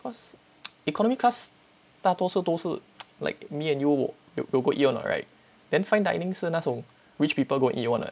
cause economy class 大多数都是 like me and you will will go eat [one] [what] right then fine dining 是那种 rich people go and eat [one] [what]